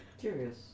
Curious